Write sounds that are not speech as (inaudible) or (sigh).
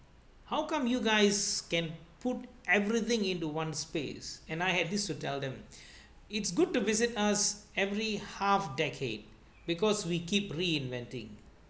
how come you guys can put everything into one space and I had this to tell them (breath) it's good to visit us every half decade because we keep reinventing